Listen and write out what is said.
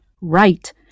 right